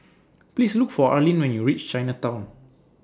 Please Look For Arlene when YOU REACH Chinatown